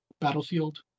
Battlefield